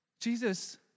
Jesus